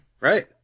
Right